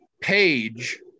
Page